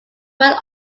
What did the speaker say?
went